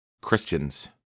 christians